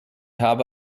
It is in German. habe